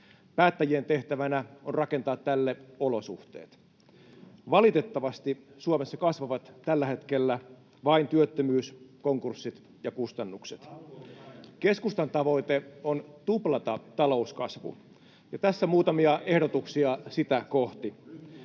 Päättäjien tehtävänä on rakentaa tälle olosuhteet. Valitettavasti Suomessa kasvavat tällä hetkellä vain työttömyys, konkurssit ja kustannukset. [Ben Zyskowicz: Alku oli parempi!] Keskustan tavoite on tuplata talouskasvu, ja tässä muutamia ehdotuksia sitä kohti: